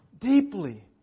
deeply